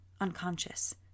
unconscious